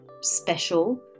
special